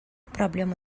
проблема